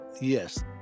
yes